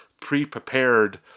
pre-prepared